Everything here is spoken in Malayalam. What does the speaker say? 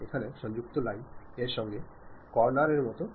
ഇപ്പോൾ മനുഷ്യരും മൃഗങ്ങളും തമ്മിൽ ആശയവിനിമയം നടത്തുന്നുണ്ട്